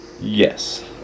Yes